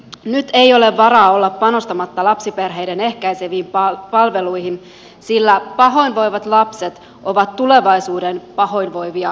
nyt ei ole varaa olla panostamatta lapsiperheiden ehkäiseviin palveluihin sillä pahoinvoivat lapset ovat tulevaisuuden pahoinvoivia aikuisia